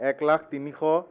এক লাখ তিনিশ